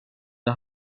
det